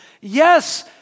Yes